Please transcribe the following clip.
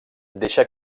deixa